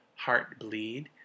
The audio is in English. Heartbleed